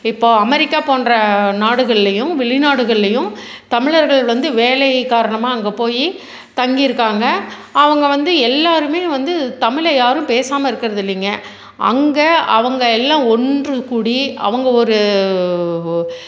இப்போ அமெரிக்கா போன்ற நாடுகள்லையும் வெளிநாடுகள்லையும் தமிழர்கள் வந்து வேலை காரணமாக அங்கே போய் தங்கி இருக்காங்க அவங்க வந்து எல்லாருமே வந்து தமிழை யாரும் பேசாம இருக்கிறது இல்லைங்க அங்கே அவங்க எல்லாம் ஒன்றுகூடி அவங்க ஒரு